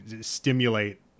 stimulate